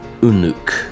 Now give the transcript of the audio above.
Unuk